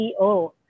CEO